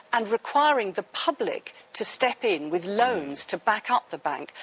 and requiring the public to step in with loans to back up the bank,